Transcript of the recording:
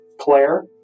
Claire